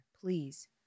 Please